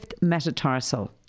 metatarsal